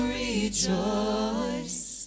rejoice